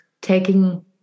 taking